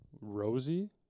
Rosie